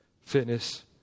fitness